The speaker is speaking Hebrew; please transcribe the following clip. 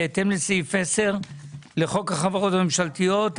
בהתאם לסעיף 10 לחוק החברות הממשלתיות,